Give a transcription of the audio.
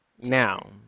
Now